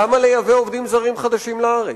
למה לייבא עובדים זרים חדשים לארץ?